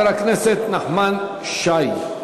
ואחריו, חבר הכנסת נחמן שי.